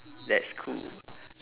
that's cool